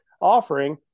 offering